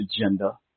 agenda